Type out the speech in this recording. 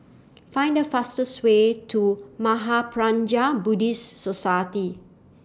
Find The fastest Way to Mahaprajna Buddhist Society